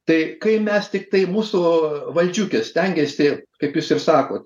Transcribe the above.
tai kai mes tiktai mūsų valdžiukės stengiasi tai kaip jūs ir sakot